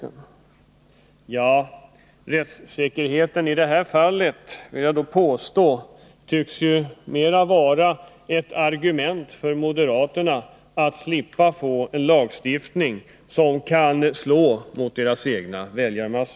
Men talet om rättssäkerhet i det här fallet tycks huvudsakligen vara ett argument för moderaterna att slippa få till stånd en lagstiftning som kan slå mot deras egna väljarmassor.